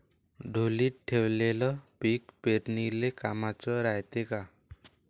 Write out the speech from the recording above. ढोलीत ठेवलेलं पीक पेरनीले कामाचं रायते का?